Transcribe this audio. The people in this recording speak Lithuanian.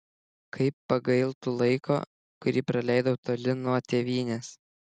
kaip pagailtų laiko kurį praleidau toli nuo tėvynės